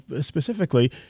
specifically